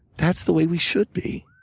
that's the way we should be.